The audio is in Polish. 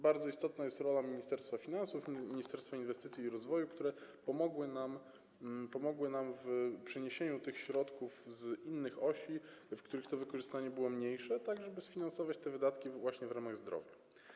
Bardzo istotna jest tu rola Ministerstwa Finansów i Ministerstwa Inwestycji i Rozwoju, które pomogły nam w przeniesieniu środków z innych osi, w których to wykorzystanie było mniejsze, tak żeby sfinansować wydatki właśnie w sektorze zdrowia.